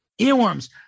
earworms